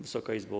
Wysoka Izbo!